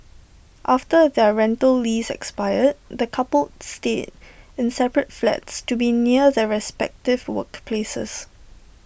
after their rental lease expired the coupled stayed in separate flats to be near their respective workplaces